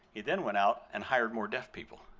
he then went out and hired more deaf people